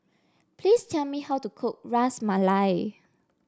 please tell me how to cook Ras Malai